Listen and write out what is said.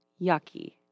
yucky